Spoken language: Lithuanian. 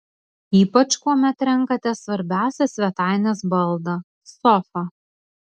ypač kuomet renkatės svarbiausią svetainės baldą sofą